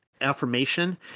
affirmation